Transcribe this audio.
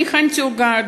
אני הכנתי עוגה,